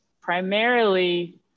primarily